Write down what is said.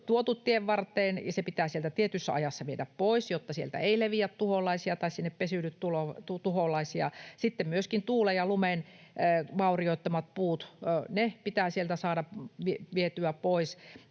tuotu tienvarteen. Se pitää sieltä tietyssä ajassa viedä pois, jotta sieltä ei leviä tuholaisia tai sinne ei pesiydy tuholaisia. Sitten myöskin tuulen ja lumen vaurioittamat puut pitää sieltä saada vietyä pois,